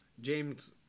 James